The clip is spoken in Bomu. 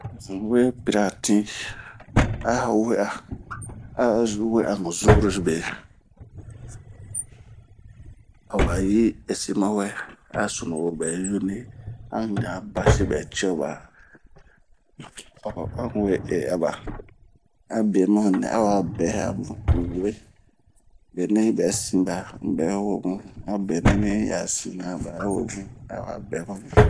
An unwe pri'a tin a we'a ah zunrobe a wa yi ɛsi ma wɛ, a sunuwo bɛ yuni, an, ɲan basi bɛ cio ba.an un we e'a ba abio ma nɛ awabɛ, a bun unh we we. benɛyi bɛ sinba unh bɛ webun a be nɛ yi bɛ sina ba'a webun.